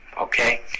okay